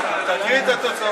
אל תתווכחו, תקריאי את התוצאות.